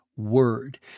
Word